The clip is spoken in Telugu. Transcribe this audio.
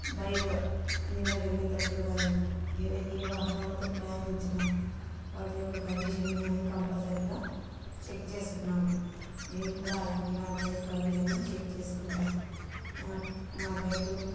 బైక్ మీద వెళ్ళేటప్పుడు కానీ వేరే ఏ వాహనాలతో ప్రయాణించిన వాటి యొక్క కండిషనింగ్ అనేది కంపల్సరీగా చెక్ చేసుకోవాలి నేను కూడా అలాగే నా బైక్ కండిషనింగ్ చెక్ చేసుకుంటాను నా నా బైక్ను